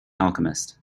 alchemist